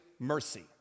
Mercy